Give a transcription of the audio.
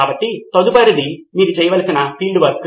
కాబట్టి తదుపరిది మీరు చేయవలసిన ఫీల్డ్ వర్క్